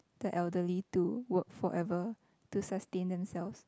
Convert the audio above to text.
the elderly to work forever to sustain themselves